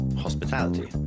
hospitality